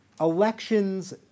elections